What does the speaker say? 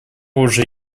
уже